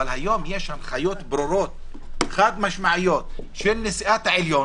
אבל היום יש הנחיות חד-משמעיות של נשיאת העליון